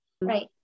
Right